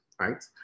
right